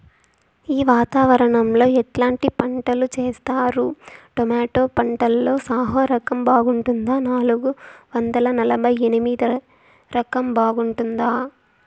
ఈ వాతావరణం లో ఎట్లాంటి పంటలు చేస్తారు? టొమాటో పంటలో సాహో రకం బాగుంటుందా నాలుగు వందల నలభై ఎనిమిది రకం బాగుంటుందా?